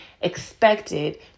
expected